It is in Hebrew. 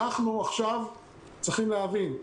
צריכים להבין,